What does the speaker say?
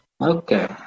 Okay